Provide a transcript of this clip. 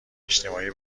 اجتماعی